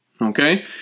Okay